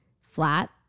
flat